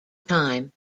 time